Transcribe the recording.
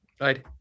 right